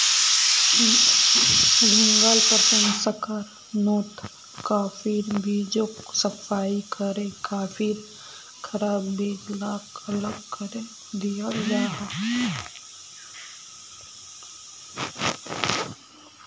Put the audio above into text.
भीन्गाल प्रशंस्कर्नोत काफिर बीजोक सफाई करे काफिर खराब बीज लाक अलग करे दियाल जाहा